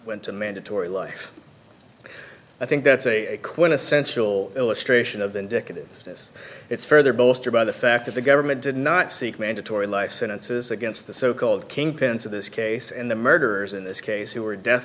went to mandatory life i think that's a quintessential illustration of indicative this is further bolstered by the fact that the government did not seek mandatory life sentences against the so called kingpins of this case and the murderers in this case who were dea